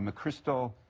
um crystal